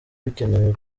bikenewe